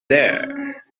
there